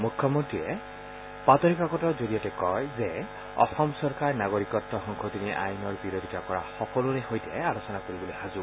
মুখ্য মন্ত্ৰীয়ে ৰাজ্যখনৰ বাতৰিকাকতৰ জৰিয়তে কয় যে অসম চৰকাৰ নাগৰিকত্ব সংশোধনী আইনৰ বিৰোধিতা কৰা সকলোৰে সৈতে আলোচনা কৰিবলৈ সাজু